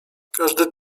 każdy